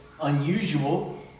unusual